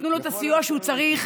ייתנו לו את הסיוע שהוא צריך,